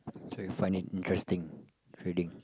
so you find it interesting reading